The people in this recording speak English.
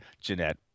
Jeanette